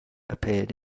appeared